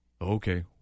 okay